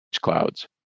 clouds